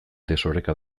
desoreka